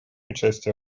участие